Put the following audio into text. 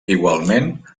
igualment